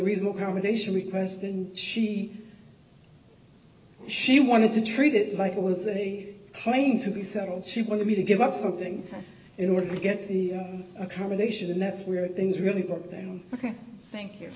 result commendation request and she she wanted to treat it like it was a claim to be settled she wanted me to give up something in order to get the accommodation and that's where things really got down ok thank you